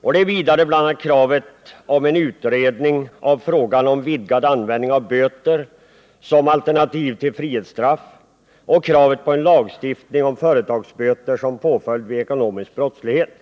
Betänkandet behandlar dessutom kravet på en utredning av frågan om vidgad användning av böter som alternativ till frihetsstraff och kravet på en lagstiftning om företagsböter som påföljd vid ekonomisk brottslighet.